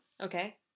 Okay